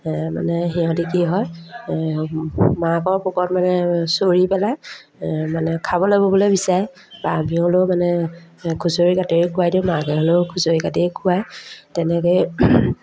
মানে সিহঁতি কি হয় মাকৰ পোকৰত মানে চৰি পেলাই মানে খাবলৈ ববলৈ বিচাৰে বা আমি হ'লেও মানে খুচৰি কাটিৰে খুৱাই দিওঁ মাকে হ'লেও খুচৰি কাটিয়ে খুৱায় তেনেকৈয়ে